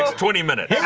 ah twenty minutes